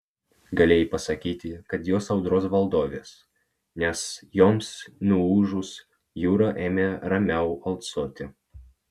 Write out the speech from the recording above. galėjai pasakyti kad jos audros valdovės nes joms nuūžus jūra ėmė ramiau alsuoti